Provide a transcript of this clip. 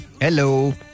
Hello